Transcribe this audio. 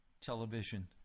television